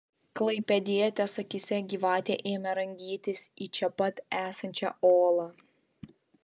klaipėdietės akyse gyvatė ėmė rangytis į čia pat esančią olą